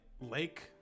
Lake